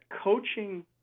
coaching